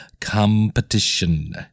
competition